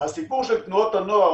הסיפור של תנועות הנוער,